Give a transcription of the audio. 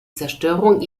zerstörung